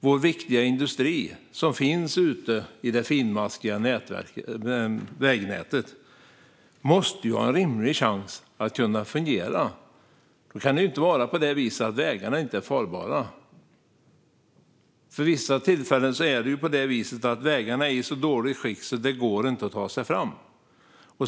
Vår viktiga industri som finns utmed det finmaskiga vägnätet måste ha en rimlig chans att fungera. Då kan det inte vara så att vägarna inte är farbara. Ibland är vägarna i så dåligt skick att det inte går att ta sig fram.